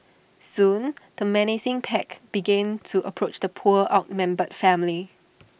soon the menacing pack began to approach the poor outnumbered family